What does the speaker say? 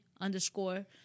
underscore